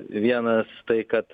vienas tai kad